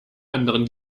anderen